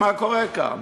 מה קורה כאן.